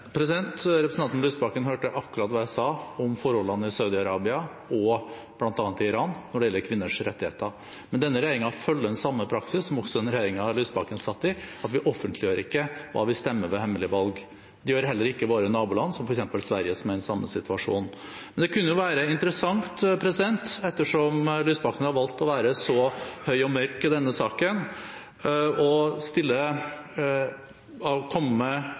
Representanten Lysbakken hørte akkurat hva jeg sa om forholdene i bl.a. Saudi-Arabia og Iran når det gjelder kvinners rettigheter. Men denne regjeringen følger den samme praksis som den regjeringen representanten Lysbakken satt i: Vi offentliggjør ikke hva vi stemmer ved hemmelige valg. Det gjør heller ikke våre naboland, som f.eks. Sverige, som er i samme situasjon. Men det kunne være interessant, ettersom representanten Lysbakken har valgt å være så høy og mørk i denne saken, å komme med en opplysning knyttet til da Lysbakken var konstitusjonelt ansvarlig for disse spørsmålene, bl.a. Kvinnekommisjonen, sammen med